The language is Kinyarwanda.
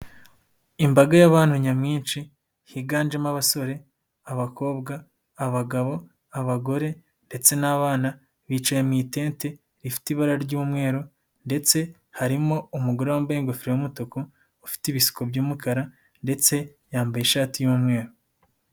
Imbaga y'abantu nyamwinshi higanjemo abasore, abakobwa, abagabo, abagore, ndetse n'abana bicaye mu itente rifite ibara ry'umweru ndetse harimo umugore wambaye ingofero y'umutuku ufite ibisuko by'umukara, ndetse yambaye ishati y'umweru.